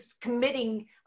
committing